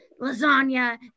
lasagna